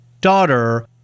daughter